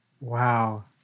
Wow